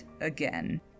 again